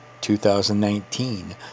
2019